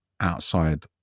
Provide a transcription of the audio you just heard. outside